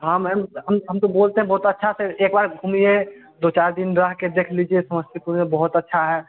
हाँ मैम हम हम तो बोलते हैं बहुत अच्छा से एक बार घूमिए दो चार दिन रह के देख लीजिए समस्तीपुर में बहुत अच्छा है